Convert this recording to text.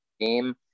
game